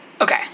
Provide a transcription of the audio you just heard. Okay